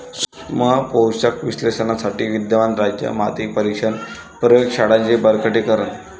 सूक्ष्म पोषक विश्लेषणासाठी विद्यमान राज्य माती परीक्षण प्रयोग शाळांचे बळकटीकरण